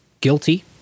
guilty